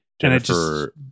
Jennifer